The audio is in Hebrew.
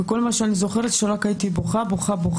וכל מה שאני זוכרת שבכיתי, בכיתי ובכיתי.